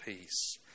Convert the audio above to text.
peace